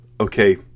okay